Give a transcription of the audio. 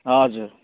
हजुर